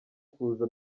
kuza